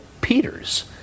Peters